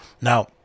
Now